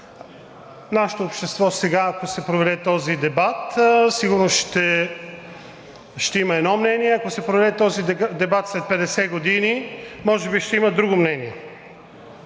Нашето общество сега, ако се проведе този дебат, сигурно ще има едно мнение, ако се проведе този дебат след 50 години, може би ще има друго мнение.